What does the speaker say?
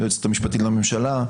היועצת המשפטית לממשלה,